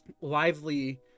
lively